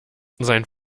sein